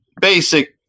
basic